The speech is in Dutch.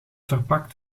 verpakt